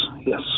yes